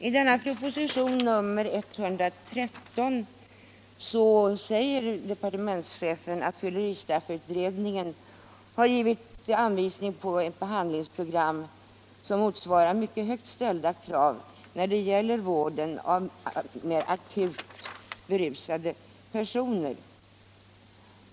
I propositionen 113 säger departementschefen att fylleristraffutredningen har givit anvisningar på ett behandlingsprogram som motsvarar mycket högt ställda krav när det gäller vården av akut berusade personer.